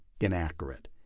inaccurate